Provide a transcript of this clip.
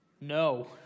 no